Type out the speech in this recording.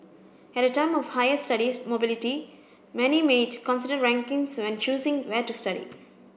at a time of higher studies mobility many may consider rankings when choosing where to study